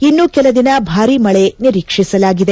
ಇನ್ನೂ ಕೆಲ ದಿನ ಭಾರೀ ಮಳೆ ನಿರೀಕ್ಷಿಸಲಾಗಿದೆ